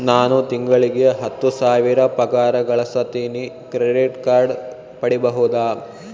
ನಾನು ತಿಂಗಳಿಗೆ ಹತ್ತು ಸಾವಿರ ಪಗಾರ ಗಳಸತಿನಿ ಕ್ರೆಡಿಟ್ ಕಾರ್ಡ್ ಪಡಿಬಹುದಾ?